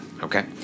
okay